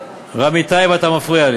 נו, אז אם אני ראשון על